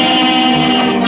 and